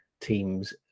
teams